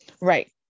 right